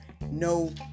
no